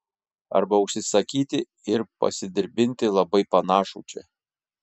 arba užsisakyti ir pasidirbdinti labai panašų čia